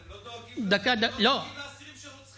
אתם לא דואגים לאסירים שרוצחים,